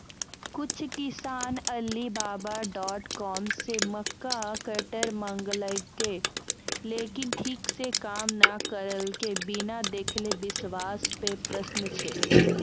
कुछ किसान Alibaba dot com से मक्का कटर मंगेलके लेकिन ठीक से काम नेय करलके, बिना देखले विश्वास पे प्रश्न छै?